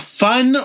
fun